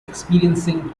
experiencing